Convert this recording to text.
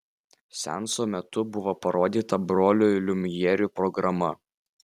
seanso metu buvo parodyta brolių liumjerų programa